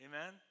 amen